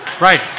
Right